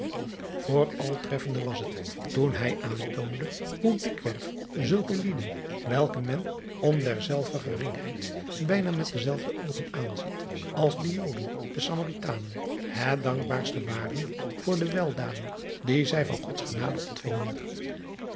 ontving ooral treffende was het toen hij aantoonde hoe dikwerf zulke lieden welke men om derzelver geringheid bijna met dezelfde oogen aanziet als de oden de amaritanen het dankbaarste waren voor de weldaden die zij van ods genade ontvingen